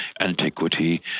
antiquity